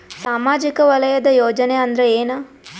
ಸಾಮಾಜಿಕ ವಲಯದ ಯೋಜನೆ ಅಂದ್ರ ಏನ?